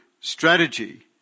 strategy